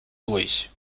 durch